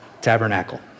tabernacle